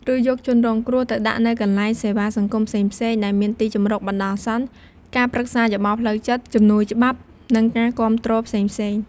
ឬយកជនរងគ្រោះទៅដាក់នៅកន្លែងសេវាសង្គមផ្សេងៗ ដែលមានទីជម្រកបណ្ដោះអាសន្ន ការប្រឹក្សាយោបល់ផ្លូវចិត្ត ជំនួយច្បាប់ និងការគាំទ្រផ្សេងៗ។